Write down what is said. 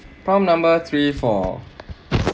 prompt number three four